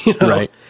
Right